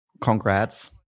Congrats